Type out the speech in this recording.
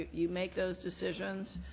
you make those decisions.